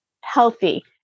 healthy